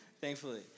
thankfully